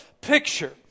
picture